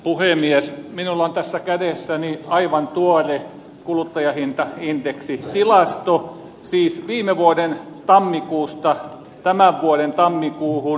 minulla on tässä kädessäni aivan tuore kuluttajahintaindeksitilasto siis viime vuoden tammikuusta tämän vuoden tammikuuhun